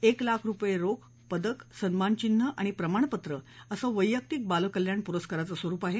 एक लाख रुपये रोख पदक सन्मानचिन्ह आणि प्रमाणपत्रं असं वैयक्तीक बाल कल्याण पुरस्काराचं स्वरुप आहे